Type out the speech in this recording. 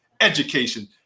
education